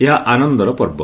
ଏହା ଆନନ୍ଦର ପର୍ବ